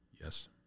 Yes